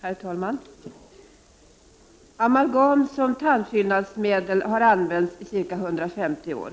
Herr talman! Amalgam som tandfyllnadsmedel har använts i ca 150 år.